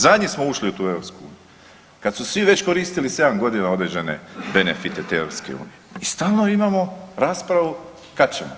Zadnji smo ušli u tu EU kad su svi već koristili 7 godina određene benefite te EU i stalno imamo raspravu kad ćemo.